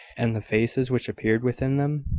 and the faces which appeared within them?